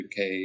UK